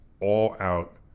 all-out